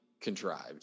contrived